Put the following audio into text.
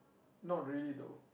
not really though